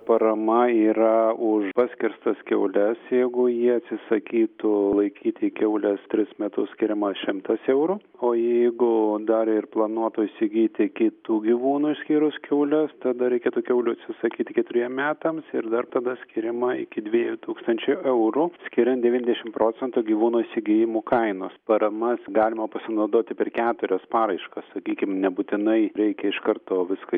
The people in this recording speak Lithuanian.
parama yra už paskerstas kiaules jeigu jie atsisakytų laikyti kiaules tris metus skiriama šimtas eurų o jeigu dar ir planuotų įsigyti kitų gyvūnų išskyrus kiaules tada reikėtų kiaulių atsisakyti keturiem metams ir dar tada skiriama iki dviejų tūkstančių eurų skiriant devyniasdešim procentų gyvūnų įsigijimų kainos parama galima pasinaudoti per keturias paraiškas sakykim nebūtinai reikia iš karto viską